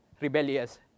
rebellious